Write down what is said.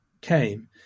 came